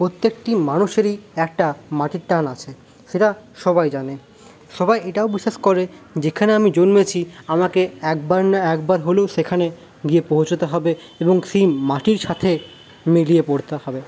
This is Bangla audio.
প্রত্যেকটি মানুষেরই একটা মাটির টান আছে সেটা সবাই জানে সবাই এটাও বিশ্বাস করে যেখানে আমি জন্মেছি আমাকে একবার না একবার হলেও সেখানে গিয়ে পৌঁছোতে হবে এবং সেই মাটির সাথে মিলিয়ে পরতে হবে